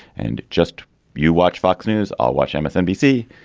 and just you watch fox news, all watch msnbc.